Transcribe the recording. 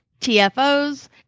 TFOs